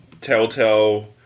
Telltale